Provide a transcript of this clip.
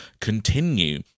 continue